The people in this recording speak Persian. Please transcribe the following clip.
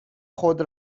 خود